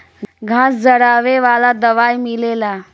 घास जरावे वाला दवाई मिलेला